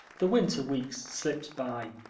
the winter weeks slipped by.